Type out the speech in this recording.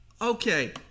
okay